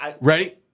Ready